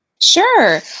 Sure